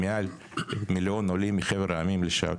מעל מיליון עולים מחבר העמים לשעבר,